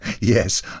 Yes